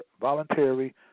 voluntary